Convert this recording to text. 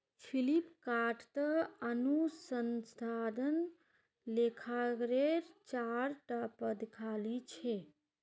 फ्लिपकार्टत अनुसंधान लेखाकारेर चार टा पद खाली छ